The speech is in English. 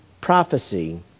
prophecy